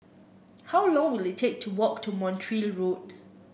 how long will it take to walk to Montreal Road